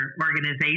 organization